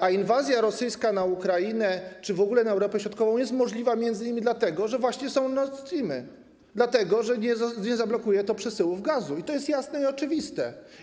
a inwazja rosyjska na Ukrainę czy w ogóle na Europę Środkową jest możliwa m.in. dlatego, że właśnie są Nord Streamy, dlatego że nie zablokuje to przesyłów gazu i to jest jasne i oczywiste.